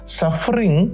suffering